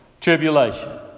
Tribulation